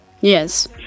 yes